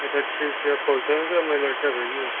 अच्छा ठीक है आप पहुँचाएँगे या मैं लड़का भेजूँ